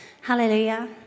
Hallelujah